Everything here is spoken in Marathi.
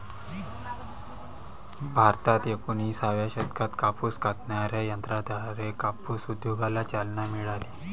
भारतात एकोणिसाव्या शतकात कापूस कातणाऱ्या यंत्राद्वारे कापूस उद्योगाला चालना मिळाली